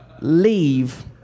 leave